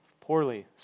poorly